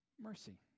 Mercy